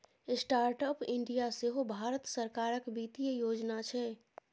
startup India सेहो भारत सरकारक बित्तीय योजना छै